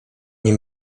nie